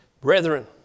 brethren